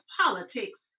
politics